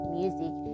music